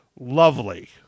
lovely